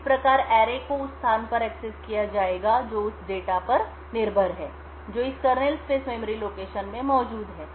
इस प्रकार एरेसरणी को उस स्थान पर एक्सेस किया जाएगा जो उस डेटा पर निर्भर है जो इस कर्नेल स्पेस मेमोरी लोकेशन में मौजूद है